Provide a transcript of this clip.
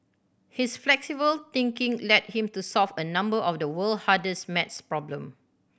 his flexible thinking led him to solve a number of the world hardest math problem